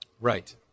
Right